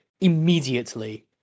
immediately